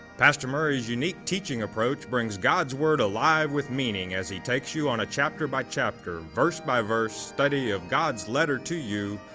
pastor murray's unique teaching approach brings god's word alive with meaning as he takes you on a chapter by chapter, verse by verse study of god's letter to you,